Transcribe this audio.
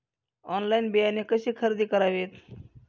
Online बियाणे कशी खरेदी करावीत?